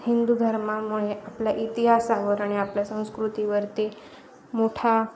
हिंदू धर्मामुळे आपल्या इतिहासावर आणि आपल्या संस्कृतीवरती मोठा